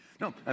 No